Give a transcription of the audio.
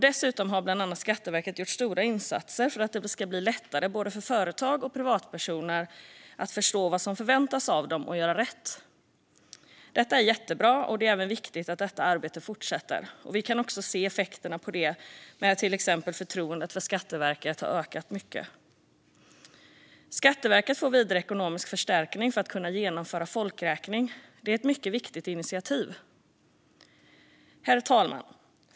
Dessutom har bland annat Skatteverket gjort stora insatser för att det ska bli lättare för både företag och privatpersoner att förstå vad som förväntas av dem och göra rätt. Detta är jättebra, och det är viktigt att detta arbete fortsätter. Vi kan se en effekt av detta i att förtroendet för Skatteverket har ökat mycket. Skatteverket får vidare ekonomisk förstärkning för att kunna genomföra en folkräkning. Det är ett mycket viktigt initiativ. Herr talman!